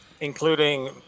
including